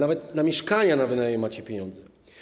Nawet na mieszkania na wynajem macie pieniądze.